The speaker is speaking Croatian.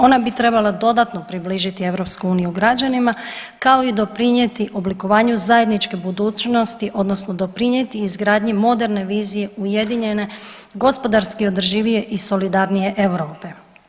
Ona bi trebala dodatno približiti EU građanima, kao i doprinjeti oblikovanju zajedničke budućnosti odnosno doprinjeti izgradnji moderne vizije ujedinjene gospodarski održivije i solidarnije Europe.